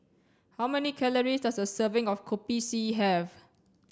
how many calories does a serving of Kopi C have